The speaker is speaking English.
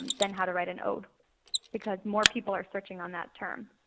than how to write an ode because more people are searching on that term.